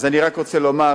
אז אני רק רוצה לומר,